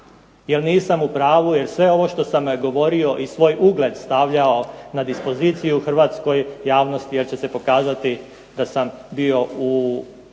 Jer nisam u pravu, jer sve ovo što sam govorio i svoj ugled stavljao na dispoziciju hrvatskoj javnosti jer će se pokazati da sam bio u